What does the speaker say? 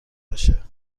باشه